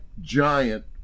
giant